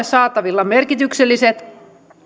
saatavilla merkitykselliset